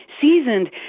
seasoned